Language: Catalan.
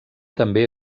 també